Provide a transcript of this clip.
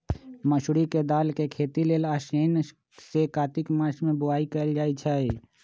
मसूरी के दाल के खेती लेल आसीन से कार्तिक मास में बोआई कएल जाइ छइ